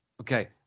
Okay